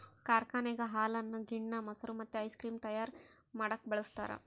ಕಾರ್ಖಾನೆಗ ಹಾಲನ್ನು ಗಿಣ್ಣ, ಮೊಸರು ಮತ್ತೆ ಐಸ್ ಕ್ರೀಮ್ ತಯಾರ ಮಾಡಕ ಬಳಸ್ತಾರ